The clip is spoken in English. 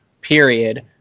period